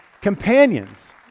companions